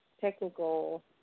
technical